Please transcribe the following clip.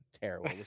terrible